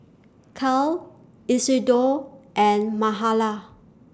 Cale Isidor and Mahala